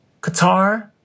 Qatar